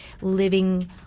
living